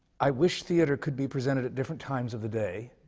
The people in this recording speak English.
i wish theatre could be presented at different times of the day.